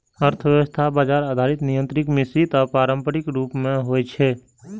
अर्थव्यवस्था बाजार आधारित, नियंत्रित, मिश्रित आ पारंपरिक रूप मे होइ छै